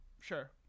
Sure